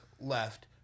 left